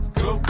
go